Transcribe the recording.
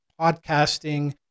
podcasting